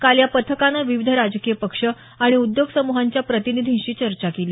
काल या पथकानं विविध राजकीय पक्ष आणि उद्योग समुहांच्या प्रतिनिधींशी चर्चा केली